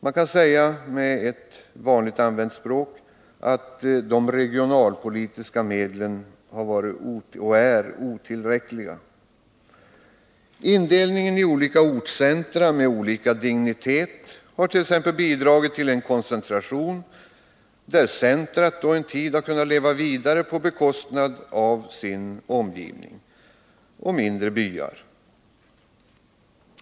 Man kan med ett vanligt använt språkbruk säga att de regionalpolitiska medlen har varit och är otillräckliga. Indelningen i ortscentra med olika dignitet har t.ex. bidragit till en koncentration, där centret en tid kunnat leva vidare på bekostnad av sin omgivning och mindre byar.